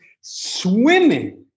swimming